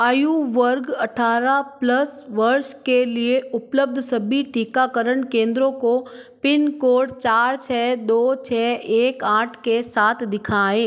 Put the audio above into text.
आयु वर्ग अठारह प्लस वर्ष के लिए उपलब्ध सभी टीकाकरण केंद्रों को पिन कोड चार छह दो छह एक आठ के साथ दिखाएँ